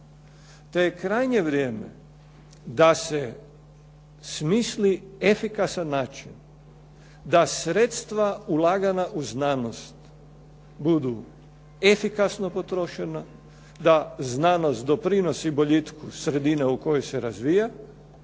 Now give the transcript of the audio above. te je krajnje vrijeme da se smisli efikasan način da sredstva ulagana u znanost budu efikasno potrošena, da znanost doprinosi boljitku sredine u kojoj se razvija